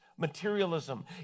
Materialism